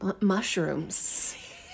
mushrooms